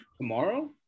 Tomorrow